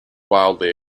wildly